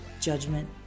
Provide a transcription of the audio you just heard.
Judgment